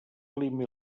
clima